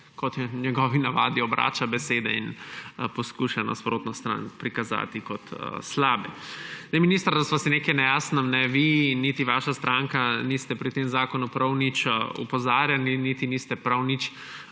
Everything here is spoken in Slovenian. v njegovi navadi, obrača besede in poskuša nasprotno stran prikazati kot slabo. Minister, da sva si nekaj na jasnem; vi niti vaša stranka niste pri tem zakonu prav nič opozarjali niti niste prav nič